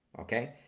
okay